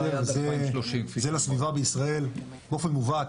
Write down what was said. זה לסביבה בישראל באופן מובהק,